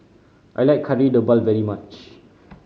I like Kari Debal very much